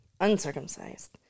uncircumcised